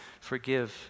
Forgive